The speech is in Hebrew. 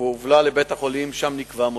הובלה לבית-החולים, ושם נקבע מותה.